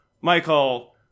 Michael